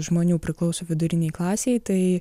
žmonių priklauso vidurinei klasei tai